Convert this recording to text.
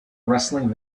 rustling